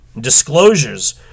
disclosures